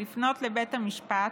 לפנות לבית המשפט,